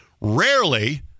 rarely